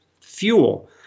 fuel